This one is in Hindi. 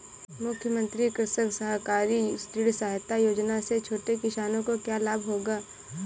मुख्यमंत्री कृषक सहकारी ऋण सहायता योजना से छोटे किसानों को क्या लाभ होगा?